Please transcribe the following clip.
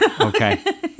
Okay